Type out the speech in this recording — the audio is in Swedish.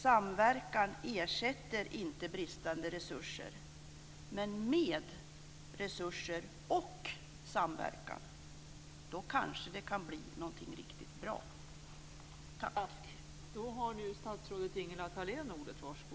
Samverkan ersätter inte bristande resurser. Men med resurser och samverkan kanske det kan bli någonting riktigt bra.